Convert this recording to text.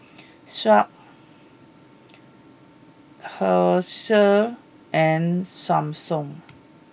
Sharp Herschel and Samsung